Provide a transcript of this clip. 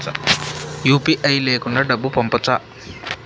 UPI లేకుండా డబ్బు పంపొచ్చా